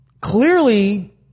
clearly